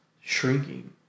shrinking